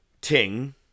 ting